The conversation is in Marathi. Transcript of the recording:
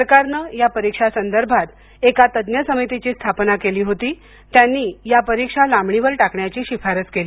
सरकारनं या परीक्षांसंदर्भात कालच एका तज्ञ समितीची स्थापना केली होती त्यांनी या परीक्षा लांबणीवर टाकण्याची शिफारस केली